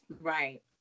Right